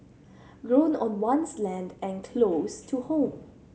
grown on one's land and close to home